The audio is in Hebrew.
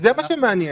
זה מה שמעניין.